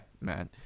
man